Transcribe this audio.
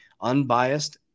unbiased